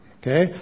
Okay